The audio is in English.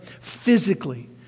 physically